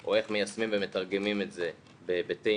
או איך מיישמים ומתרגמים את זה בהיבטים